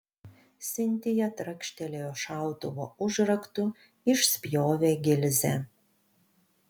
sintija trakštelėjo šautuvo užraktu išspjovė gilzę